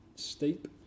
Steep